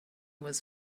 was